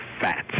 fats